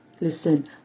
Listen